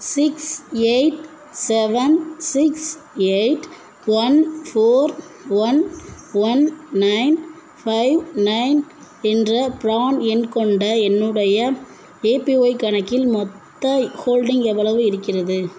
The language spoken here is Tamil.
six eight seven six eight one four one one nine five nine என்ற பிரான் எண் கொண்ட என்னுடைய ஏபிஒய் கணக்கில் மொத்த ஹோல்டிங் எவ்வளவு இருக்கிறது